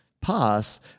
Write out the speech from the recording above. pass